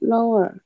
Lower